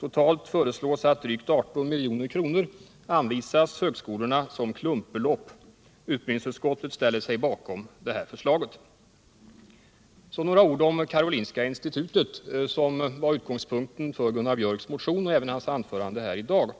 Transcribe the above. Totalt föreslås att drygt 18 milj.kr. anvisas högskolorna såsom klumpbelopp. Utbildningsutskottet ställer sig bakom detta förslag. Så några ord om Karolinska institutet, vilket var utgångspunkten för Gunnar Biörcks motion och även hans anförande här i dag.